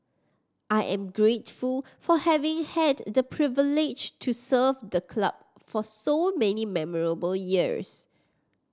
I am grateful for having had the privilege to serve the club for so many memorable years